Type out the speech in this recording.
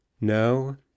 No